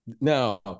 Now